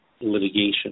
litigation